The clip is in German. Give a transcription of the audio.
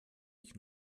ich